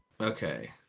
Okay